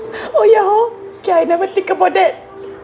oh ya hor kay I never think about that